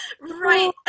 Right